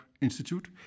institute